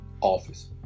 office